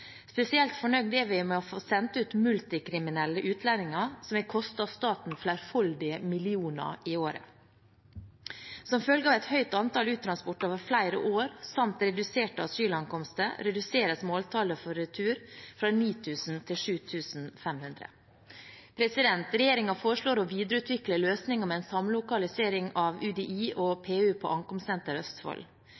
Spesielt fornøyd er vi med å ha fått sendt ut multikriminelle utlendinger som har kostet staten flerfoldige millioner kroner i året. Som følge av et høyt antall uttransporteringer over flere år samt reduserte asylankomster reduseres måltallet for retur fra 9 000 til 7 500. Regjeringen foreslår å videreutvikle løsninger med en samlokalisering av UDI og